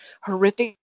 horrific